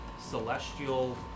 Celestial